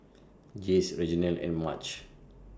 Jase Reginald and Marge